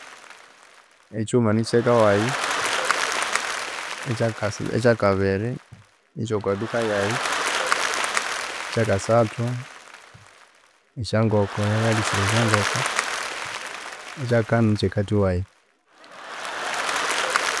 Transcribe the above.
Ekyiwuma nikyeka wayi, ekyaka ekyakabiri nikyokwaduka yayi, ekyakasathu esyangoko eyangalisiraya esyangoko, ekyakani nikyekathi wayi